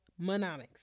monomics